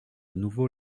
nouveau